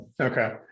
Okay